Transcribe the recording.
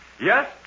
Yes